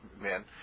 man